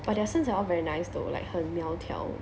but their 身材 all very nice though like 很苗条